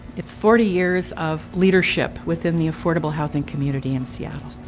it's forty years of leadership within the affordable housing community in seattle.